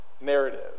narrative